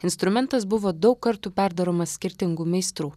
instrumentas buvo daug kartų perdaromas skirtingų meistrų